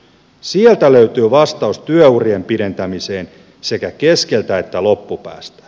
sieltä löytyy vastaus työurien pidentämiseen sekä keskeltä että loppupäästä